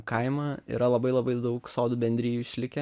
kaimą yra labai labai daug sodų bendrijų išlikę